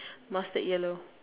mustard yellow